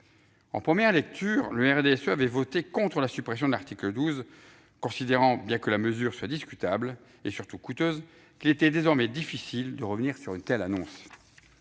En première lecture, mon groupe avait voté contre la suppression de l'article 12, considérant, bien que la mesure soit discutable, et surtout coûteuse, qu'il était désormais difficile de revenir sur une telle annonce.